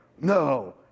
no